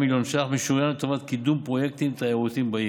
משוריין לטובת קידום פרויקטים תיירותיים בעיר.